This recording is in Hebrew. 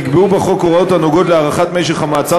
נקבעו בחוק הוראות הנוגעות בהארכת משך המעצר